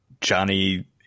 Johnny